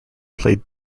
played